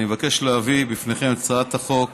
אני מבקש להביא בפניכם את הצעת חוק